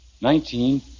Nineteen